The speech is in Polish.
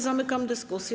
Zamykam dyskusję.